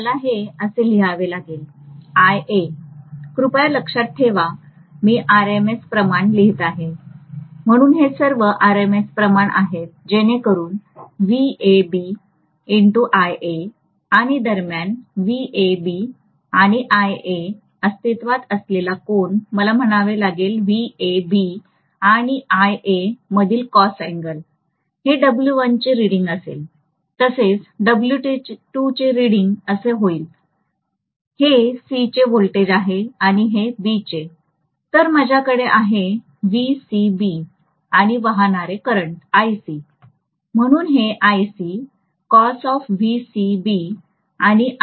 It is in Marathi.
मला हे असे लिहावे लागेल कृपया लक्षात ठेवा मी RMS प्रमाण लिहित आहे म्हणून हे सर्व RMS प्रमाण आहेत जेणेकरुन आणि दरम्यान आणि अस्तित्वात असलेला कोन मला म्हणावे लागेल आणि मधील कॉस अँगल हे W1चे रिडींग होईल तसेच W2 चे रिडींग असे होईल हे सी चे व्होल्टेज आहे आणि हे आहे बी चे तर माझ्या कडे आहे आणि वाहणारे करंट म्हणून हे cos of आणि